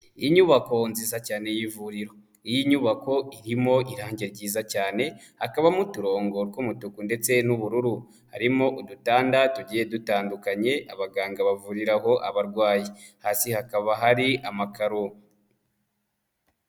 Inyubako nziza cyane y'ivuriro. Iyi nyubako irimo irangi ryiza cyane, hakabamo uturongo tw'umutuku ndetse n'ubururu. Harimo udutanda tugiye dutandukanye, abaganga bavuriraho abarwayi hasi hakaba hari amakaro.